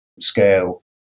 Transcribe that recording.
scale